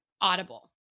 audible